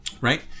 right